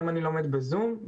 היום אני לומד בזום.